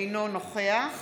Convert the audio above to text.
אינו נוכח